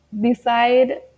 Decide